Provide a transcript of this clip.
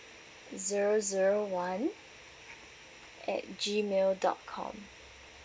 zero zero one at gmail dot com